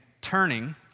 turning